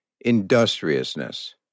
Industriousness